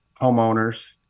homeowners